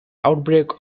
outbreak